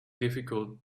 difficult